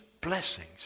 blessings